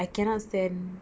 I cannot stand